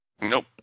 Nope